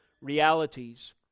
realities